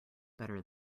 better